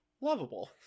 lovable